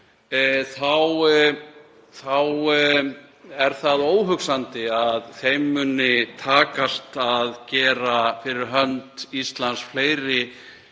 er óhugsandi að þeim muni takast að gera fyrir hönd Íslands fleiri og